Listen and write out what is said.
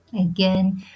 Again